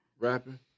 rapping